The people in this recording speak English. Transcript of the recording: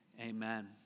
Amen